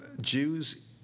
Jews